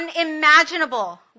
unimaginable